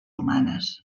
humanes